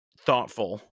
thoughtful